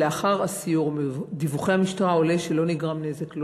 לאחר הסיור ומדיווחי המשטרה עולה שלא נגרם נזק,